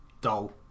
dull